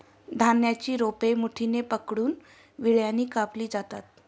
धान्याची रोपे मुठीने पकडून विळ्याने कापली जातात